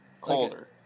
Colder